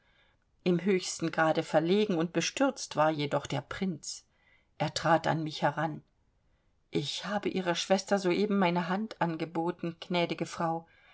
im höchsten grade verlegen und bestürzt war jedoch der prinz er trat an mich heran ich habe ihrer schwester soeben meine hand angeboten gnädige frau